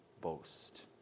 boast